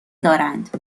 دارند